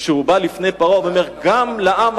כשהוא בא לפני פרעה הוא אומר: גם לעם